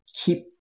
keep